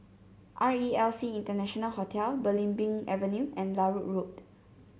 R E L C International Hotel Belimbing Avenue and Larut Road